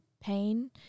pain